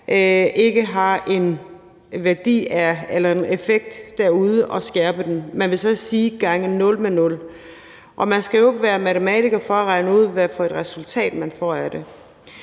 ikke har nogen værdi eller effekt derude, og skærpe den – man vil så at sige gange 0 med 0, og man skal jo ikke være matematiker for at regne ud, hvad for et resultat man får af det.